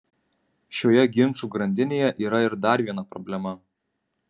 šioje ginčų grandinėje yra ir dar viena problema